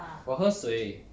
我喝水